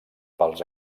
pels